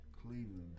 Cleveland